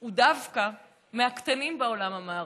הוא דווקא מהקטנים בעולם המערבי,